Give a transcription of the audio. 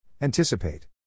Anticipate